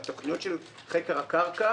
מהתוכניות של חקר הקרקע.